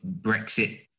Brexit